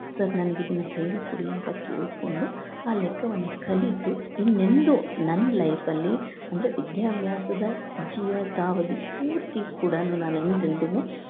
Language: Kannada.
ಸರ್ ನನಗೆ ಇದನ್ನ ಹೇಳಿಕೊಡಿ ಅಂತ ಕೇಳಿಕೊಂಡು ಆ ಲೆಕ್ಕವನ್ನ ಕಲಿತು ಇನ್ನೆಂದು ನನ್ನ ಲೈಫಲ್ಲಿ ಅಂದರೆ ವಿದ್ಯಾಭ್ಯಾಸದ ಜೀವಿತಾವಧಿ ಪೂರ್ತಿ ಕೂಡ ನಾನು ಎಂದೆಂದಿಗು